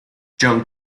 john